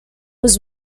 was